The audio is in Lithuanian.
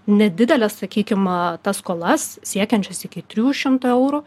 nedideles sakykim e tas skolas siekiančias iki trijų šimtų eurų